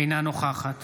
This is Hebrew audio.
אינה נוכחת